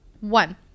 One